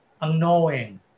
unknowing